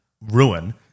ruin